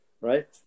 right